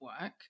work